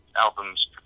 albums